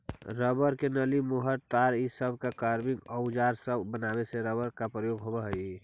rubber के नली, मुहर, तार इ सब के कवरिंग औउर सब बनावे में रबर के प्रयोग होवऽ हई